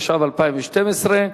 התשע"ב 2012,